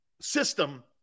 system